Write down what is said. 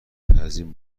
تزیین